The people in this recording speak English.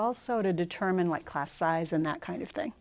also to determine what class size and that kind of thing